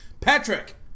Patrick